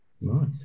nice